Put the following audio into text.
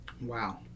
Wow